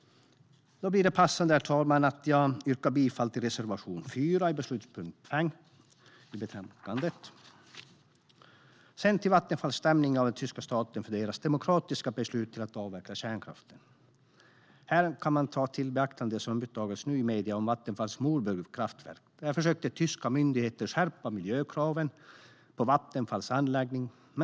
Här blir det passande att jag yrkar bifall till reservation 4, beslutspunkt 5 i betänkandet. När det gäller Vattenfalls stämning av den tyska staten för dess demokratiska beslut att avveckla kärnkraften kan man ta i beaktande det som nu uppdagas i medierna om Vattenfalls kraftverk Moorburg. Där försökte tyska myndigheter skärpa miljökraven på Vattenfalls anläggning.